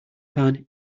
pan